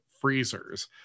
freezers